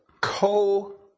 co-